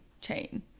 chain